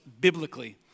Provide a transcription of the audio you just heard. biblically